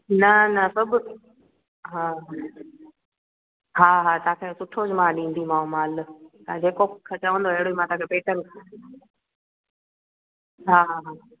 न न सभु हा हा हा तव्हांखे सुठो ज मां ॾिंदीमांव माल तव्हां जेको मूंखे चवंदव अहिड़ो ई मां तव्हांखे पेटन हा हा